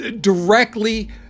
directly